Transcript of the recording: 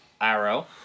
Arrow